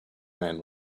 man